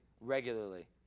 regularly